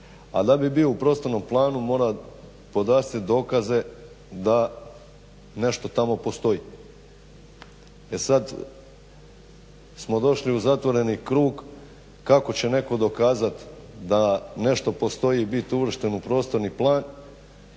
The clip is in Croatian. A da bi bio u prostornom planu mora podastrijeti dokaze da tamo nešto postoji. E sada smo došli u zatvoreni krug kako će netko dokazati da nešto postoji i biti uvršten u prostorni plan,